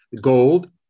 Gold